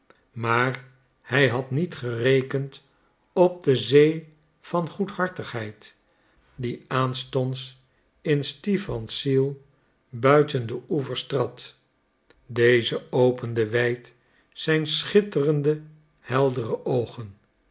maar hij had niet gerekend op de zee van goedhartigheid die aanstonds in stipans ziel buiten de oevers trad deze opende wijd zijn schitterende heldere oogen